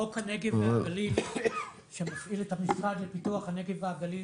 חוק הנגב והגליל שמפעיל את המשרד לפיתוח הנגב והגליל,